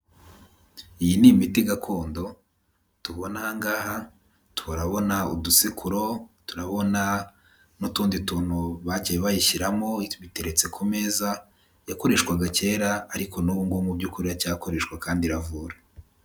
Iyi ni imiti gakondo tubona aha ngaha, turabona udusekuro, turabona n'utundi tuntu bagiye bayishyiramo biteretse ku meza, yakoreshwaga kera ariko n'ubu ngubu mu by'ukuri iracyakoreshwa kandi iravura.